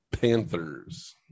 Panthers